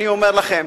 אני אומר לכם